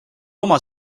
oma